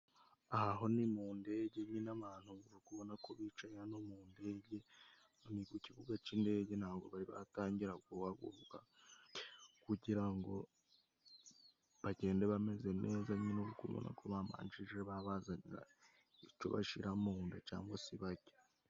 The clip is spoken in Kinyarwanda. Aha ho ni mu ndege nyine abantu uri kubona ko bicaye, hano mu ndege. Ni ku kibuga cy'indege. Nta bwo bari batangira guhaguruka . Kugira ngo bagende bameze neza ni uko babanjije babazanira icyo bashyira mu nda cyangwa se barya.